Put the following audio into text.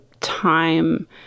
time